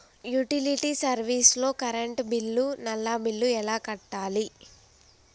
Utility service లో current bill, నల్లా bill ఎలా కట్టాలి?